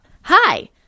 hi